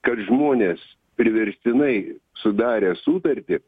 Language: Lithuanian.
kad žmonės priverstinai sudarę sutartį